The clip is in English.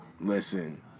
Listen